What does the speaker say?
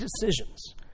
decisions